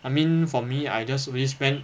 I mean for me I just only spend